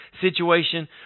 situation